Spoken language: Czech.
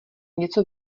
něco